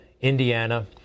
Indiana